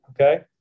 Okay